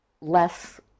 less